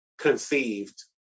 conceived